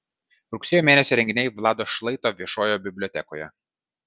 rugsėjo mėnesio renginiai vlado šlaito viešojoje bibliotekoje